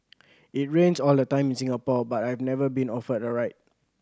it rains all the time in Singapore but I've never been offered a ride